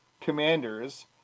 commanders